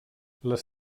les